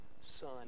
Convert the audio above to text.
son